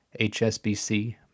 HSBC